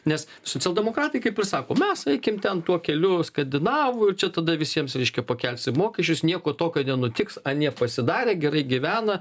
nes socialdemokratai kaip ir sako mes eikim ten tuo keliu skandinavų ir čia tada visiems reiškia pakelsim mokesčius nieko tokio nenutiks anie pasidarė gerai gyvena